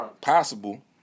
possible